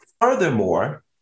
Furthermore